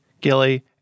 Gilly